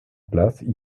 place